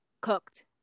cooked